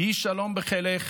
"יהי שלום בחילך